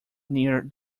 near